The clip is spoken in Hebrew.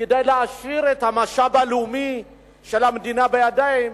כדי להשאיר את המשאב הלאומי של המדינה בידיים,